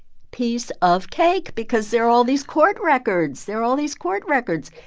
piece of cake because there are all these court records. there are all these court records.